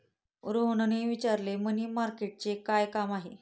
रोहनने विचारले, मनी मार्केटचे काय काम आहे?